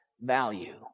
value